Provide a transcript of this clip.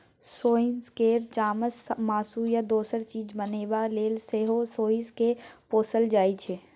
सोंइस केर चामसँ मासु या दोसर चीज बनेबा लेल सेहो सोंइस केँ पोसल जाइ छै